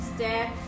Step